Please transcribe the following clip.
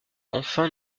enfin